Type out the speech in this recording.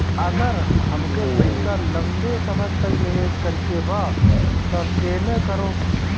अगर हमके पईसा लंबे समय तक निवेश करेके बा त केमें करों?